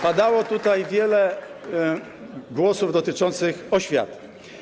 Padało tutaj wiele głosów dotyczących oświaty.